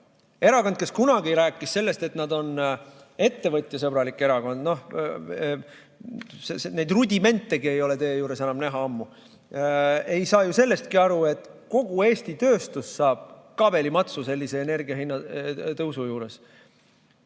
erakond, kes kunagi rääkis sellest, et nad on ettevõtjasõbralik erakond – neid rudimentegi ei ole teie juures enam ammu näha –, ei saa sellestki aru, et kogu Eesti tööstus saab kabelimatsu sellise energiahinna tõusu juures.